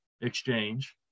exchange